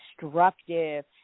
destructive